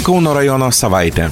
kauno rajono savaitė